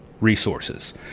resources